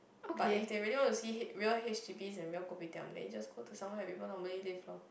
but if they really want to see H real H_D_B and real kopitiam then just go somewhere where people normally live lor